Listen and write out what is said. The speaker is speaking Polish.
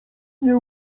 nie